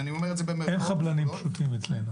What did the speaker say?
ואני אומר את זה במרכאות --- אין חבלנים פשוטים אצלנו.